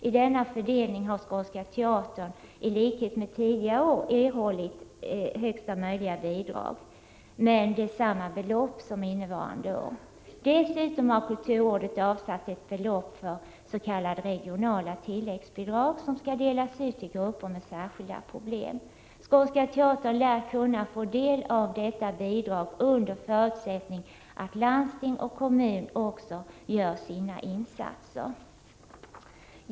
I denna fördelning har Skånska teatern i likhet med tidigare år erhållit högsta möjliga bidrag, men det är samma belopp som innevarande år. Dessutom har kulturrådet avsatt ett belopp för s.k. regionala tilläggsbidrag, som skall delas ut till grupper med särskilda problem. Skånska teatern lär kunna få del av detta bidrag, under förutsättning att landsting och kommun också gör insatser.